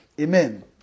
Amen